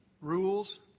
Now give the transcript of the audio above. rules